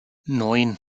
neun